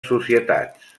societats